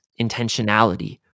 intentionality